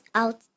out